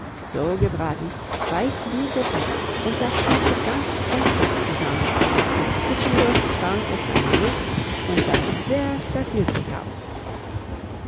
so gebraten weich wie butter und das schmeckte ganz kräftig zusammen und zwischendurch trank es seine milch und sah sehr vergnüglich aus